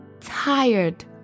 tired